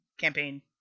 campaign